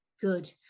Good